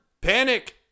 panic